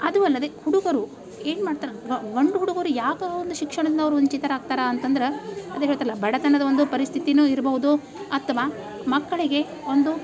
ಅದು ಅಲ್ಲದೇ ಹುಡುಗರು ಏನು ಮಾಡ್ತಾರಂತ ಗಂಡು ಹುಡುಗರು ಯಾಕೆ ಒಂದು ಶಿಕ್ಷಣದಿಂದ ಅವ್ರು ವಂಚಿತರಾಗ್ತಾರೆ ಅಂತಂದ್ರೆ ಅದೇ ಹೇಳ್ತಾರಲ್ಲ ಬಡತನದ ಒಂದು ಪರಿಸ್ಥಿತಿಯೂ ಇರ್ಬಹುದು ಅಥ್ವಾ ಮಕ್ಕಳಿಗೆ ಒಂದು